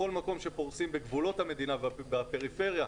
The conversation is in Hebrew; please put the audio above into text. בכל מקום שפורסים בגבולות המדינה והפריפריה,